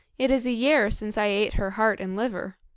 it is a year since i ate her heart and liver.